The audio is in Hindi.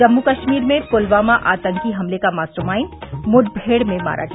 जम्मू कश्मीर में प्लवामा आत्मघाती हमले का मास्टर माइंड मुठभेड़ में मारा गया